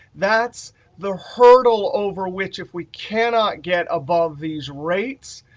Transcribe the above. that's the hurdle over which if we cannot get above these rates,